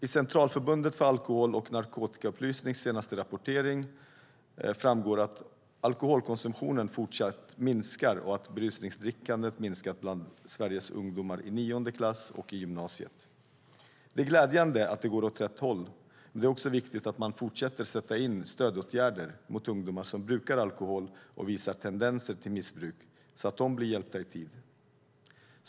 I Centralförbundet för alkohol och narkotikaupplysnings senaste rapportering framgår att alkoholkonsumtionen fortsatt minskar och att berusningsdrickandet har minskat bland Sveriges ungdomar i nionde klass och i gymnasiet. Det är glädjande att det går åt rätt håll, men det är också viktigt att man fortsätter att sätta in stödåtgärder mot ungdomar som brukar alkohol och visar tendenser till missbruk så att de blir hjälpta i tid.